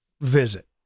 visit